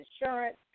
insurance